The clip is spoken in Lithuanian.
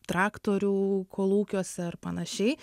traktorių kolūkiuose ar panašiai